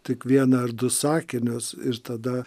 tik vieną ar du sakinius ir tada